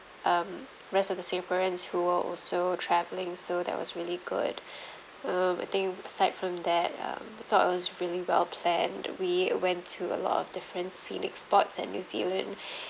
um rest of the singaporeans who were also travelling so that was really good um I think beside from that um I thought it was really well planned we went to a lot of different scenic spots at new zealand